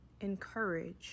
encourage